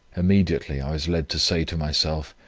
immediately i was led to say to myself,